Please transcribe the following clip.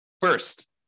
first